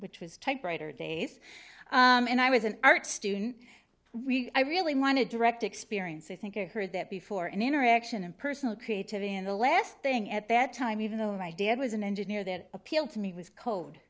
which was typewriter days and i was an art student i really want to direct experience i think i heard that before and interaction and personal creativity in the last thing at that time even though my dad was an engineer that appealed to me was co